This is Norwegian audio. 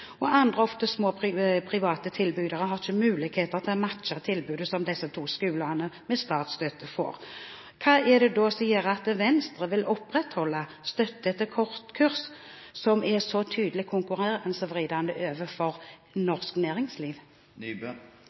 og andre, ofte små private tilbydere, har ikke mulighet til å matche tilbudet som disse to skolene med statsstøtte gir. Hva er det da som gjør at Venstre vil opprettholde støtte til kortkurs, som er så tydelig konkurransevridende overfor norsk næringsliv? Først vil jeg takke for